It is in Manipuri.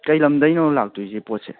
ꯀꯩꯂꯝꯗꯩꯅꯣ ꯂꯥꯛꯇꯣꯏꯁꯦ ꯄꯣꯠꯁꯦ